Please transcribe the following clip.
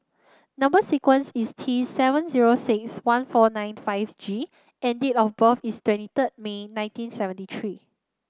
number sequence is T seven zero six one four nine five G and date of birth is twenty third May nineteen seventy three